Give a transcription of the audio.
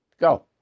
go